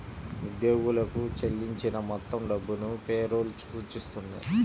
ఉద్యోగులకు చెల్లించిన మొత్తం డబ్బును పే రోల్ సూచిస్తుంది